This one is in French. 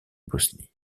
bosnie